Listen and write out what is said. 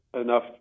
enough